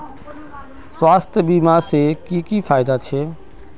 स्वास्थ्य बीमा से की की फायदा छे?